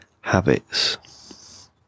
habits